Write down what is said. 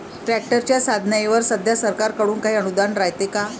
ट्रॅक्टरच्या साधनाईवर सध्या सरकार कडून काही अनुदान रायते का?